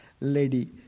lady